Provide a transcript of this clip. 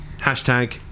Hashtag